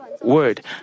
word